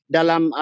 Dalam